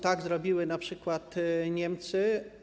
Tak zrobiły np. Niemcy.